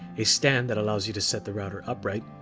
a stand that allows you to set the router upright